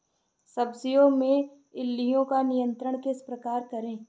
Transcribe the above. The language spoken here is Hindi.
सब्जियों में इल्लियो का नियंत्रण किस प्रकार करें?